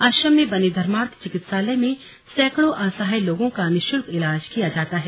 आश्रम में बने धर्मार्थ चिकित्सालय में सैकड़ों असहाय लोगों का निशुल्क इलाज किया जाता है